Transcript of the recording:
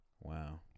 wow